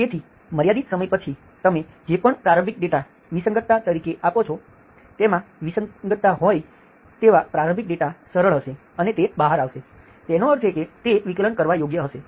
તેથી મર્યાદિત સમય પછી તમે જે પણ પ્રારંભિક ડેટા વિસંગતતા તરીકે આપો છો તેમાં વિસંગતતા હોય તેવા પ્રારંભિક ડેટા સરળ હશે અને તે બહાર આવશે તેનો અર્થ એ કે તે વિકલન કરવાં યોગ્ય હશે